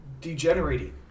degenerating